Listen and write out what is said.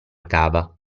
cava